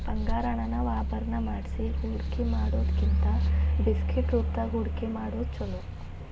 ಬಂಗಾರಾನ ನಾವ ಆಭರಣಾ ಮಾಡ್ಸಿ ಹೂಡ್ಕಿಮಾಡಿಡೊದಕ್ಕಿಂತಾ ಬಿಸ್ಕಿಟ್ ರೂಪ್ದಾಗ್ ಹೂಡ್ಕಿಮಾಡೊದ್ ಛೊಲೊ